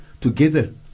together